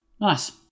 Nice